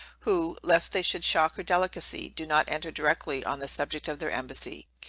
who, lest they should shock her delicacy, do not enter directly on the subject of their embassy,